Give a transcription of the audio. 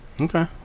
okay